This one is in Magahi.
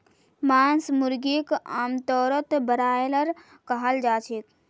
मांस मुर्गीक आमतौरत ब्रॉयलर कहाल जाछेक